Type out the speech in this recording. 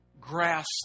grasp